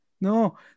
No